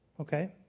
okay